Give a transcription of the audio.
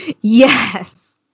yes